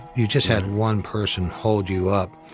you just had one person hold you up.